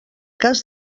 cas